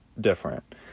different